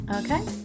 Okay